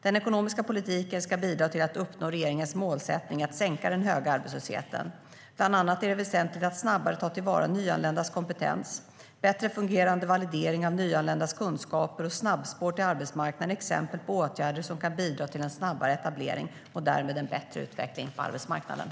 Den ekonomiska politiken ska bidra till att uppnå regeringens målsättning att sänka den höga arbetslösheten. Bland annat är det väsentligt att snabbare ta till vara nyanländas kompetens. Bättre fungerande validering av nyanländas kunskaper och snabbspår till arbetsmarknaden är exempel på åtgärder som kan bidra till en snabbare etablering och därmed en bättre utveckling på arbetsmarknaden.